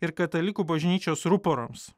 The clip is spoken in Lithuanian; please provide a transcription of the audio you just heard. ir katalikų bažnyčios ruporams